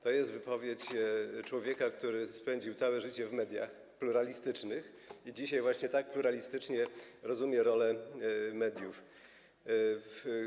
To jest wypowiedź człowieka, który spędził całe życie w mediach pluralistycznych i dzisiaj właśnie tak pluralistycznie rozumie rolę mediów.